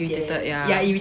irritated ya